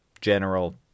general